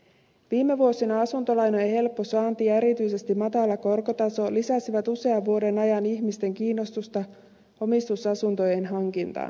viime vuosina asuntolainojen helppo saanti ja erityisesti matala korkotaso lisäsivät usean vuoden ajan ihmisten kiinnostusta omistusasuntojen hankintaan